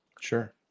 Sure